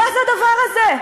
מה זה הדבר הזה?